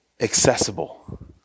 accessible